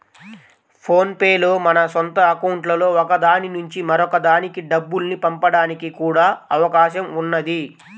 phone pay లో మన సొంత అకౌంట్లలో ఒక దాని నుంచి మరొక దానికి డబ్బుల్ని పంపడానికి కూడా అవకాశం ఉన్నది